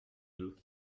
deux